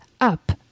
Up